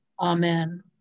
Amen